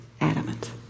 adamant